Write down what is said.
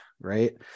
right